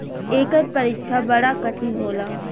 एकर परीक्षा बड़ा कठिन होला